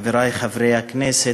חברי חברי הכנסת,